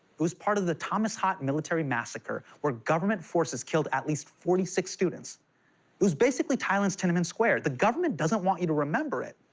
it was part of the thammasat military massacre, where government forces killed at least forty six students. it was basically thailand's tiananmen square. the government doesn't want you to remember it,